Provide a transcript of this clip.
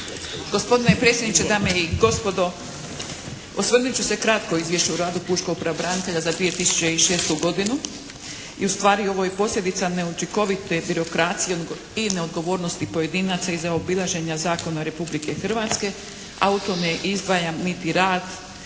Gospodine predsjedniče, dame i gospodo! Osvrnut ću se kratko o Izvješću o radu pučkog pravobranitelja za 2006. godinu. I ustvari ovo je posljedica neučinkovite birokracije i neodgovornosti pojedinaca i zaobilaženja zakona Republike Hrvatske, a u to ne izdvajam niti rad